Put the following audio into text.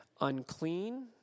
unclean